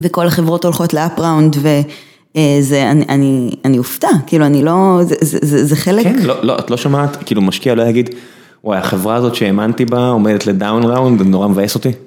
וכל החברות הולכות לאפ ראונד, ואני אופתע, כאילו אני לא, זה חלק. כן, לא, את לא שמעת, כאילו משקיע לא יגיד, וואי החברה הזאת שהאמנתי בה עומדת לדאון ראונד, נורא מבאס אותי.